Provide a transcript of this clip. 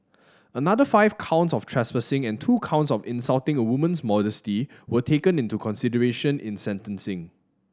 another five counts of trespassing and two counts of insulting a woman's modesty were taken into consideration in sentencing